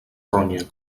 ronya